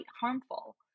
harmful